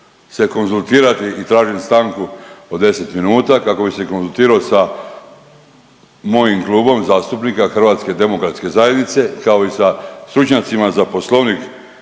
se konzultirati i tražim stanku od 10 minuta kako bi se konzultirao sa mojim Klubom zastupnika HDZ-a kao i sa stručnjacima za Poslovnik